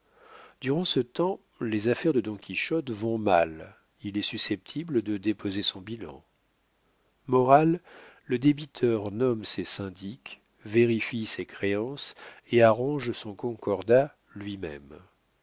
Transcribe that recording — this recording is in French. durant ce temps les affaires du don quichotte vont mal il est susceptible de déposer son bilan morale le débiteur nomme ses syndics vérifie ses créances et arrange son concordat lui-même